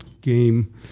game